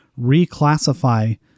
reclassify